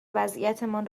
وضعیتمان